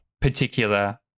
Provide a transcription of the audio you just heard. particular